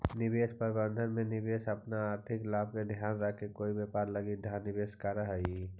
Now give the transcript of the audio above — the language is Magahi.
निवेश प्रबंधन में निवेशक अपन आर्थिक लाभ के ध्यान रखके कोई व्यापार लगी धन निवेश करऽ हइ